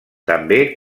també